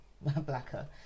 blacker